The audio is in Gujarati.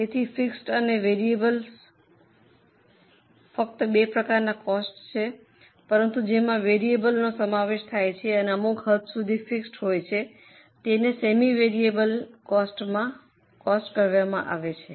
તેથી ફિક્સડ અને વેરિયેબલ ફક્ત બે પ્રકારનાં કોસ્ટ છે પરંતુ જેમાં વેરિયેબનો સમાવેશ થાય છે અને અમુક હદ સુધી ફિક્સડ હોય છે તેઓને સેમી વેરિયેબલમાં કોસ્ટ કહેવામાં આવે છે